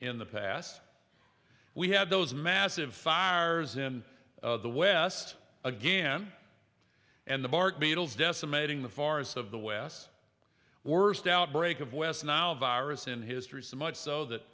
in the past we had those massive fires in the west again and the bark beetles decimating the forests of the west worst outbreak of west nile virus in history so much so that